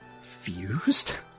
fused